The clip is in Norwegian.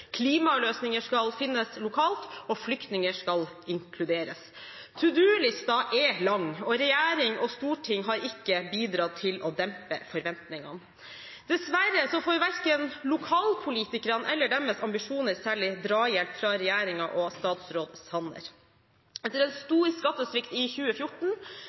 klimaløsninger skal finnes lokalt, og flyktninger skal inkluderes. «To do»-listen er lang, og regjering og storting har ikke bidratt til å dempe forventningene. Dessverre får verken lokalpolitikerne eller deres ambisjoner særlig drahjelp fra regjeringen og statsråd Sanner. Etter en stor skattesvikt i 2014,